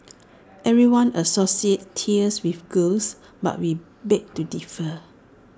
everyone associates tears with girls but we beg to differ